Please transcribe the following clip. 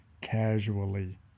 casually